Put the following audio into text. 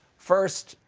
first,